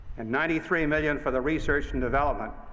and ninety three million for the research and development.